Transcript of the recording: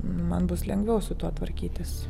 man bus lengviau su tuo tvarkytis